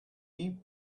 deep